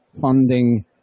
funding